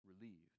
relieved